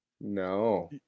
No